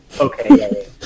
okay